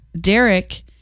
Derek